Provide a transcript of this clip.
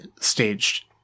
staged